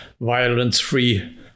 violence-free